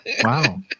Wow